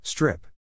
Strip